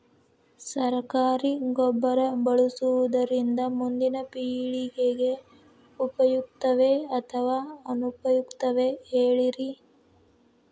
ಸರಕಾರಿ ಗೊಬ್ಬರ ಬಳಸುವುದರಿಂದ ಮುಂದಿನ ಪೇಳಿಗೆಗೆ ಉಪಯುಕ್ತವೇ ಅಥವಾ ಅನುಪಯುಕ್ತವೇ ಹೇಳಿರಿ